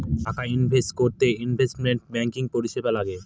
টাকা ইনভেস্ট করতে investment banking পরিষেবা লাগে